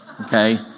okay